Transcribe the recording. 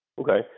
Okay